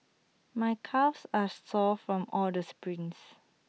my calves are sore from all the sprints